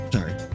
Sorry